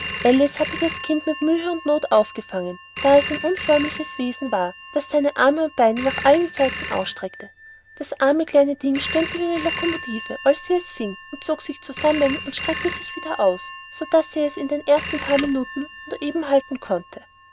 hatte das kind mit mühe und noth aufgefangen da es ein kleines unförmliches wesen war das seine arme und beinchen nach allen seiten ausstreckte gerade wie ein seestern dachte alice das arme kleine ding stöhnte wie eine locomotive als sie es fing und zog sich zusammen und streckte sich wieder aus so daß sie es die ersten paar minuten nur eben halten konnte